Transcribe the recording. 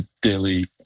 daily